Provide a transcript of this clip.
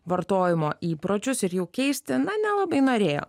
vartojimo įpročius ir jau keistina nelabai norėjo